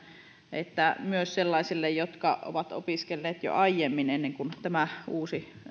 että myös sellaiset jotka ovat opiskelleet jo aiemmin ennen kuin